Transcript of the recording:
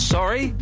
Sorry